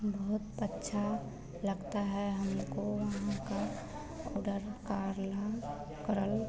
बहुत अच्छा लगता है हमको वहाँ का ऑडर कार्ला क्रल